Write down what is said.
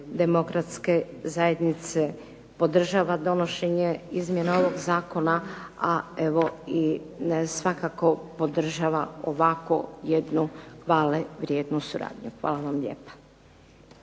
demokratske zajednice podržava donošenje izmjena ovog zakona, a evo i svakako podržava ovako jednu hvalevrijednu suradnju. Hvala vam lijepa.